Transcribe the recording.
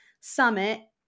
Summit